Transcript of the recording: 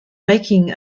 making